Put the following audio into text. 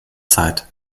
zeit